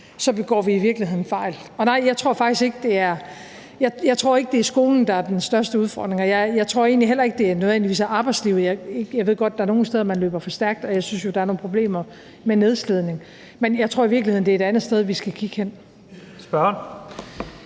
begår vi i virkeligheden en fejl. Og nej, jeg tror ikke, at det er skolen, der er den største udfordring. Jeg tror egentlig heller ikke, at det nødvendigvis er arbejdslivet. Jeg ved godt, at der er nogen steder, hvor man løber for stærkt, og jeg synes jo, at der er nogle problemer med nedslidning, men jeg tror i virkeligheden, at det er et andet sted, vi skal kigge hen. Kl.